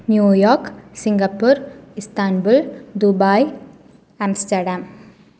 New York Singapore Istanbul Dubai Amsterdam